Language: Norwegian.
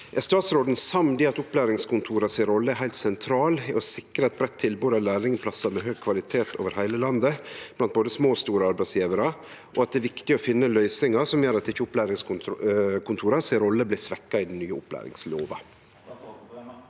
statsråden samd i at opplæringskontora si rolle er heilt sentral i å sikre eit breitt tilbod av lærlingeplassar med høg kvalitet over heile landet, blant både små og store arbeidsgjevarar, og at det er viktig å finne løysingar som gjer at ikkje opplæringskontora si rolle blir svekka i den nye opplæringslova?»